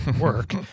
work